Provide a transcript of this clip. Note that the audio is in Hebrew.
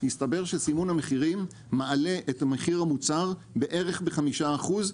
הסתבר שסימון המחירים מעלה את מחיר המוצר בערך ב-5%.